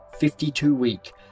52-week